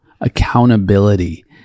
accountability